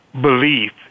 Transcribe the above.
belief